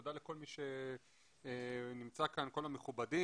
תודה לכל מי שנמצא כאן, כל המכובדים.